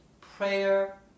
prayer